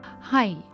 Hi